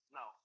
no